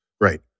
Right